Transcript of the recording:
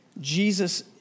Jesus